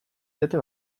diote